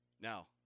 Now